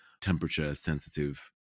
temperature-sensitive